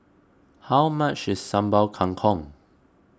how much is Sambal Kangkong